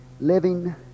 living